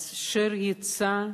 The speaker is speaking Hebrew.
אשר יצאה